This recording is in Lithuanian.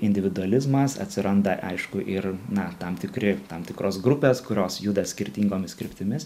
individualizmas atsiranda aišku ir na tam tikri tam tikros grupės kurios juda skirtingomis kryptimis